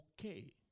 okay